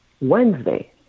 Wednesday